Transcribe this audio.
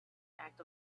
act